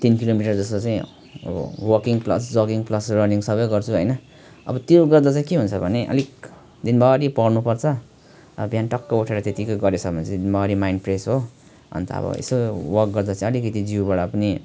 तिन kilometre जस्तो चाहिँ अब walking plus jogging plus running सबै गर्छु होइन अब त्यो गर्दा चाहिँ के हुन्छ भने अलिक दिनभरि पढ्नु पर्छ बिहान टक्क उठेर चाहिँ त्यतिकै गरेको छ भने चाहिँ मेरै माइन्ड फ्रेस हो अन्त अब यसो वाक गर्दा चाहिँ अलिकति जिउबाट पनि